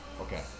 Okay